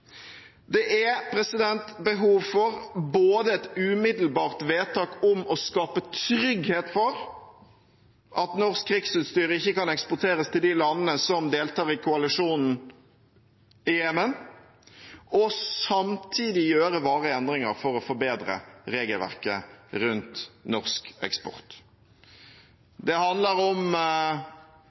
Det er behov for både et umiddelbart vedtak om å skape trygghet for at norsk krigsutstyr ikke kan eksporteres til de landene som deltar i koalisjonen i Jemen, og samtidig å gjøre varige endringer for å forbedre regelverket rundt norsk eksport. Det handler om en skikkelig implementering av den internasjonale ATT-avtalen, det handler om